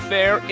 Fair